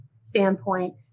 standpoint